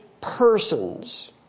persons